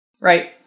Right